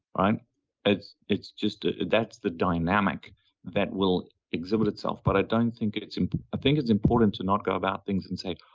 um it's it's just that's the dynamic that will exhibit itself, but i think it's and think it's important to not go about things and say,